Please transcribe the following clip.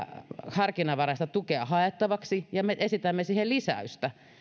harkinnanvaraista tukea haettavaksi ja me esitämme siihen lisäystä